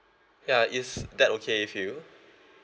ya is that okay with you